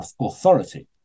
authority